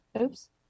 Oops